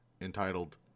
entitled